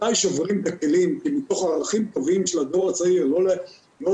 מתי שוברים את הכלים כי מתוך ערכים טובים של הדור הצעיר לא להדאיג,